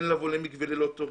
אין לבוא למקווה ללא תור.